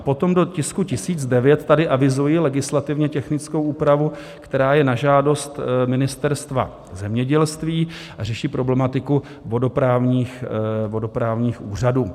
Potom do tisku 1009 avizuji legislativně technickou úpravu, která je na žádost Ministerstva zemědělství a řeší problematiku vodoprávních úřadů.